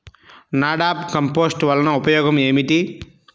NADEP compost వలన ఉపయోగం ఏమిటి?